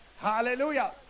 hallelujah